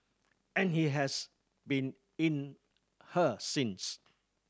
and he has been in her since